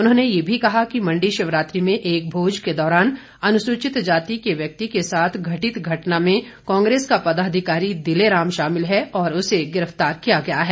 उन्होंने यह भी कहा कि मंडी शिवरात्रि में एक भोज के दौरान अनुसूचित जाति के व्यक्ति के साथ घटित घटना में कांग्रेस का पदाधिकारी दिलेराम शामिल है और उसे गिरफ्तार किया गया है